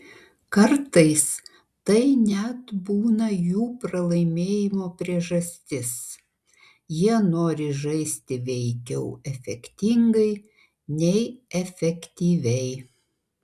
kartais tai net būna jų pralaimėjimo priežastis jie nori žaisti veikiau efektingai nei efektyviai